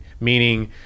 meaning